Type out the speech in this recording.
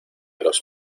los